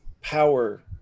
power